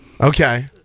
Okay